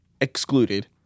excluded